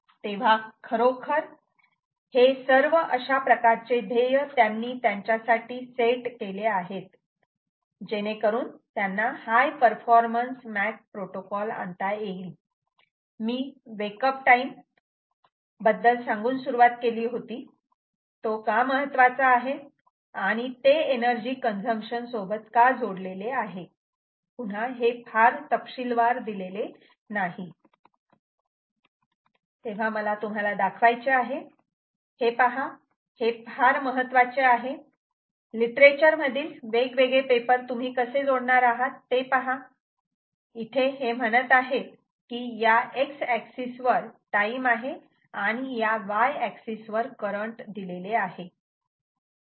तेव्हा खरोखर हे सर्व अशा प्रकारचे ध्येय त्यांनी त्यांच्यासाठी सेट केले आहेत जेणेकरून त्यांना हाय परफॉर्मन्स मॅक प्रोटोकॉल आणता येईल मी वेक अप टाईम बद्दल सांगून सुरुवात केली होती तो का महत्वाचा आहे आणि ते एनर्जी कंझम्पशन सोबत का जोडलेले आहे पुन्हा हे फार तपशीलवार दिलेले नाही तेव्हा मला तुम्हाला दाखवायचे आहे हे पहा हे फार महत्त्वाचे आहे लिटरेचर मधील वेगवेगळे पेपर तुम्ही कसे जोडणार आहात ते पहा इथे हे म्हणत आहेत की या X एक्सिस वर टाईम आहे आणि या Y एक्सिस वर करंट दिलेले आहे